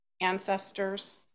ancestors